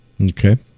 Okay